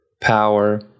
power